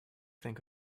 think